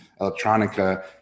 electronica